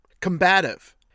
combative